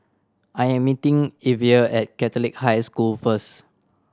I am meeting Evia at Catholic High School first